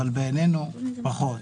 אבל בעינינו פחות.